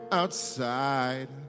outside